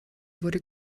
wurde